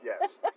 Yes